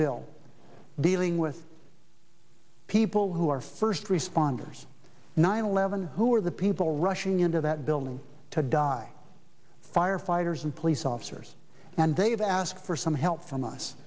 bill dealing with people who are first responders nine eleven who are the people rushing into that building to die firefighters and police officers and they've asked for some help from us